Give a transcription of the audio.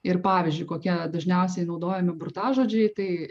ir pavyzdžiui kokie dažniausiai naudojami burtažodžiai tai